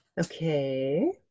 okay